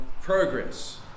progress